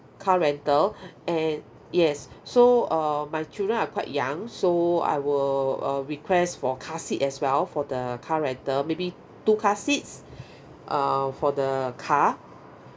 car rental and yes so uh my children are quite young so I will uh request for car seat as well for the car rental maybe two car seats uh for the car